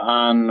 on